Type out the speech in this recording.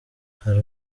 hari